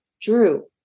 Drew